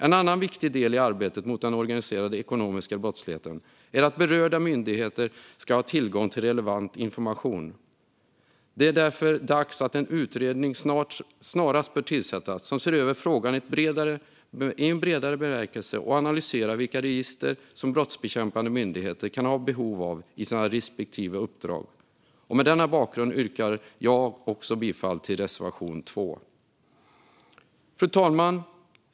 En annan viktig del i arbetet mot den organiserade ekonomiska brottsligheten är att berörda myndigheter ska ha tillgång till relevant information. En utredning bör därför snarast tillsättas som ser över frågan i bredare bemärkelse och analyserar vilka register som brottsbekämpande myndigheter kan ha behov av i sina respektive uppdrag. Mot denna bakgrund yrkar även jag bifall till reservation 2. Fru talman!